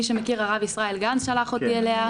מי שמכיר, הרב ישראל גנץ שלח אותי אליה.